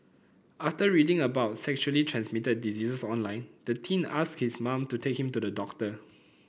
after reading about sexually transmitted diseases online the teen asked his mom to take him to the doctor